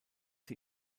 sie